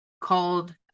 called